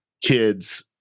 kids